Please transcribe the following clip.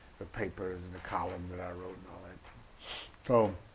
the papers, and the columns that i wrote and all and so